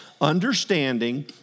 understanding